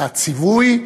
הציווי,